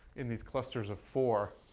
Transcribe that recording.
in these clusters of four,